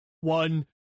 one